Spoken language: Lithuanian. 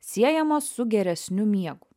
siejamos su geresniu miegu